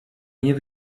nie